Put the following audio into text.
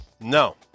no